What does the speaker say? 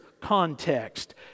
context